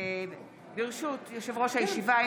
ברשות יושב-ראש הישיבה,